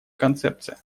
концепция